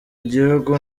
igihugu